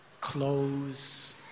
clothes